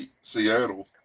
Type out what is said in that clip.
Seattle